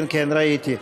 כן, ראיתי.